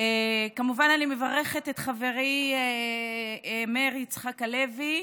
כמובן, אני מברכת את חברי מאיר יצחק הלוי,